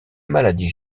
maladie